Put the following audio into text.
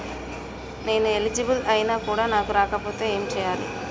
నేను ఎలిజిబుల్ ఐనా కూడా నాకు రాకపోతే ఏం చేయాలి?